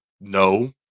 No